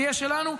יהיה שלנו.